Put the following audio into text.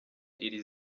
iri